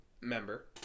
member